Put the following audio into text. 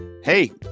Hey